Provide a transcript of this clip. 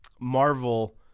Marvel